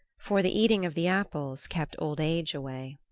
for the eating of the apples kept old age away.